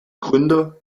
gründer